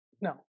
No